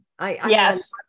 Yes